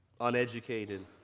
uneducated